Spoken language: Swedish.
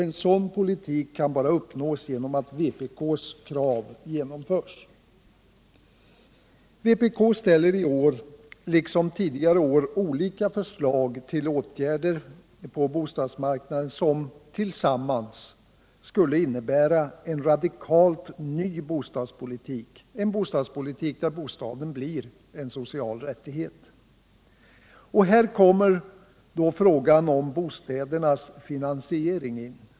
En sådan politik kan bara uppnås genom att vpk:s krav genomförs. Vpk ställer i år liksom tidigare år olika förslag till åtgärder på bostadsmarknaden, som tillsammans skulle innebära en radikalt ny bostadspolitik — en bostadspolitik där bostaden blir en social rättighet. Här kommer också frågan om bostädernas finansiering in.